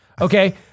okay